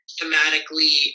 thematically